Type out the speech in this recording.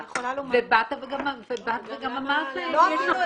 ובאת וגם אמרת להן,